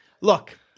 Look